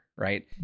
right